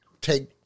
take